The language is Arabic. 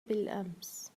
بالأمس